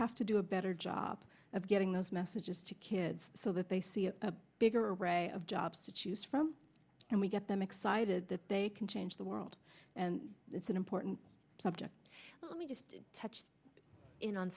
have to do a better job of getting those messages to kids so that they see a bigger array of jobs to choose from and we get them excited that they can change the world and that's an important subject let me just touch in on